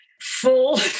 full